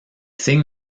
signes